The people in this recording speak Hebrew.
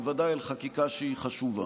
בוודאי על חקיקה שהיא חשובה.